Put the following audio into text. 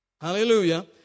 Hallelujah